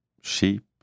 Sheep